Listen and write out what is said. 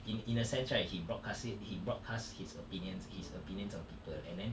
in in a sense right he broadcast it he broadcast his opinions his opinions on people and then